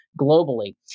globally